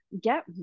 get